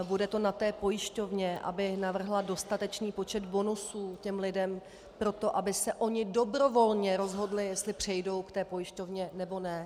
Bude to na té pojišťovně, aby navrhla dostatečný počet bonusů těm lidem pro to, aby se oni dobrovolně rozhodli, jestli přejdou k té pojišťovně, nebo ne.